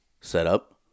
setup